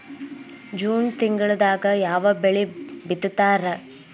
June ತಿಂಗಳದಾಗ ಯಾವ ಬೆಳಿ ಬಿತ್ತತಾರ?